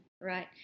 right